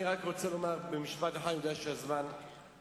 אני רק רוצה לומר במשפט אחד, אני יודע שהזמן נגמר.